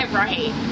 right